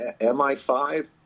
MI5